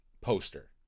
poster